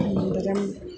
अनन्तरम्